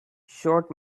short